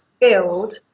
build